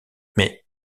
mais